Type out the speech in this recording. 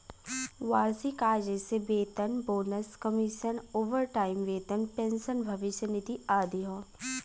वार्षिक आय जइसे वेतन, बोनस, कमीशन, ओवरटाइम वेतन, पेंशन, भविष्य निधि आदि हौ